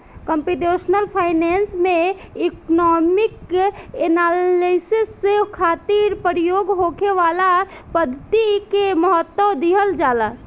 computational finance में economic analysis खातिर प्रयोग होखे वाला पद्धति के महत्व दीहल जाला